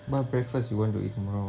what breakfast you want to eat tomorrow